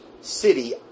city